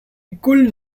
could